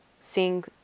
seeing